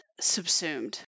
subsumed